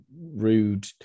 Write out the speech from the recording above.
rude